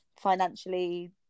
financially